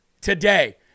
today